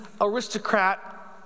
aristocrat